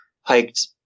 hiked